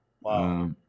Wow